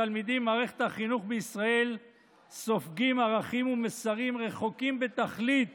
התלמידים במערכת החינוך בישראל סופגים ערכים ומסרים רחוקים בתכלית